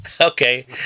Okay